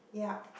yup